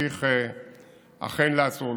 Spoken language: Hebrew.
נמשיך לעשות.